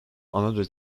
another